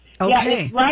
Okay